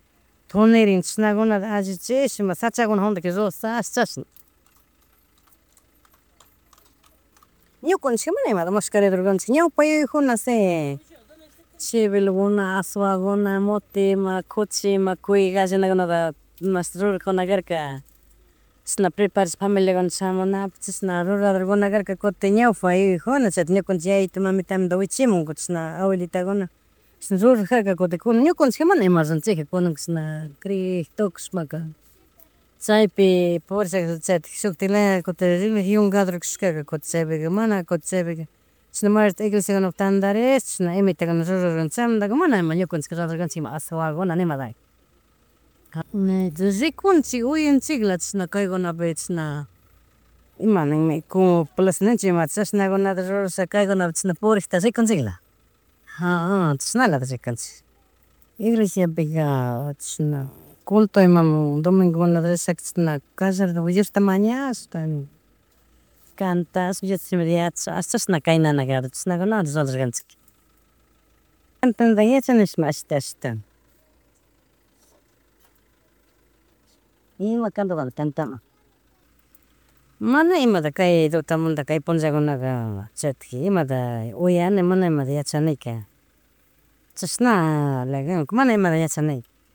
Tuneren chashaguna allichish ima shachakuna jundak chasna. Ñuncanchik mana imata mashkaridurganchikka ñawpaka yuyaykuna shi chibilguna, atzuakuna, mote ima kuchi, ima cuy gallinakunata mashti rurakunakarka chishna preparashpa familiakuna shamunapuk chashna ruradorguna karka kuntin ñawpa yuyakkuna chayta ñukanchik yayitu mamitamanta wichimamunn gubnten chishan abuelitakuna chishan ruran jarka kutin ñunkanchikka mana ima runchakjika nunanka cashna crek tukushpaka chaypi, purishpaka chaytik shuktilaya kutin religiòn kadur kashkaga chutin chaypika mana kutin chaypika chishana may rato iglesikunapi tandarish chisna imitakunata rurash chaymantaka mana ima ñukunchik rurador ima atzukuna nimadaka. Rikunchik, uyanchikla chishna kaykunapi chishna, ima ninmi ninkunami, chashnakunata rurashka kaykunapika chashana purikta rikunchikla, chashnalata rikubnchik. Iglesiapika chashna culto imamun domingunata rishaka chashna Diosta mañashta, catashpa Diospuk shimita yachashpa chashan kaynana kador chashguna rurarkanchika. Cantadanatada yachanimishma ashita, ashita. cantando. Mana imataka kay tutamantaka kay punllakunaka chaytik imata uyana mana imta yachanika. Chashanala kan mana imata yachanika